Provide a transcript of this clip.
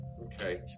Okay